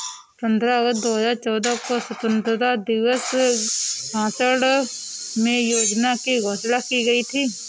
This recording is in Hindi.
पन्द्रह अगस्त दो हजार चौदह को स्वतंत्रता दिवस भाषण में योजना की घोषणा की गयी थी